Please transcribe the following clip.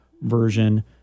version